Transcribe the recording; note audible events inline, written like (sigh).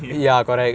(laughs)